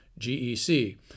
GEC